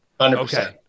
Okay